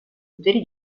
poteri